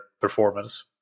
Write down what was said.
performance